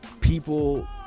people